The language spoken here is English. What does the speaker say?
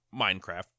Minecraft